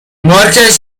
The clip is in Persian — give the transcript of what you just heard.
مارکش